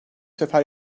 sefer